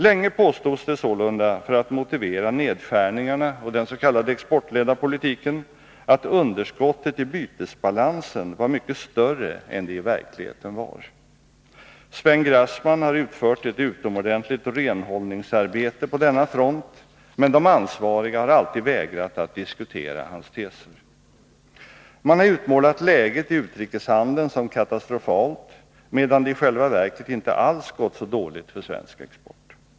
Länge påstods det sålunda, för att motivera nedskärningarna och den s.k. exportledda politiken, att underskottet i bytesbalansen var mycket större än det i verkligheten var. Sven Grassman har utfört ett utomordentligt rehållningsarbete på denna front, men de ansvariga har alltid vägrat att diskutera hans teser. Man har utmålat läget i utrikeshandeln som katastrofalt, medan det i själva verket inte alls gått så dåligt för svensk export.